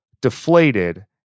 deflated